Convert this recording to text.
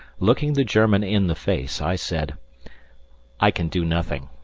looking the german in the face, i said i can do nothing.